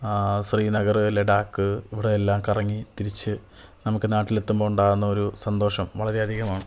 ശ്രീനഗറ് ലഡാക്ക് ഇവിടെ എല്ലാം കറങ്ങി തിരിച്ച് നമുക്ക് നാട്ടിൽ എത്തുമ്പോൾ ഉണ്ടാവുന്നൊരു സന്തോഷം വളരെ അധികമാണ്